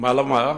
מה לומר?